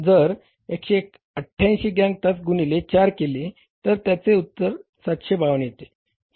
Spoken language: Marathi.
जर 188 गॅंग तास गुणिले 4 केले तर त्याचे उत्तर 752 येते